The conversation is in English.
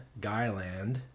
Guyland